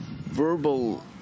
verbal